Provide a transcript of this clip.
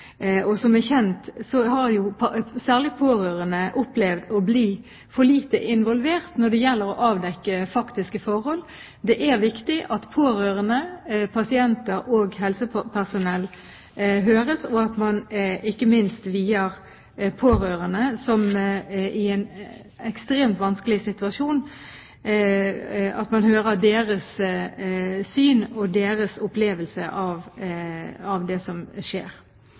Som kjent har jo særlig pårørende opplevd å bli for lite involvert når det gjelder å avdekke faktiske forhold. Det er viktig at pårørende, pasienter og helsepersonell høres, ikke minst de pårørende, som er i en ekstremt vanskelig situasjon, slik at man får deres opplevelse av det som skjer. Så er det denne meldeplikten etter § 3-3, som